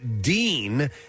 dean